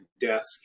desk